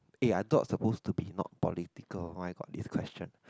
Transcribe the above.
eh I thought supposed to be not political why got this question